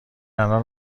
الان